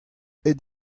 aet